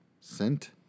sent